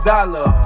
Dollar